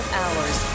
hours